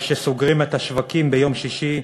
אבל כשסוגרים את השווקים ביום שישי,